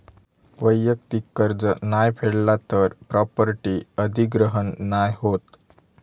वैयक्तिक कर्ज नाय फेडला तर प्रॉपर्टी अधिग्रहण नाय होत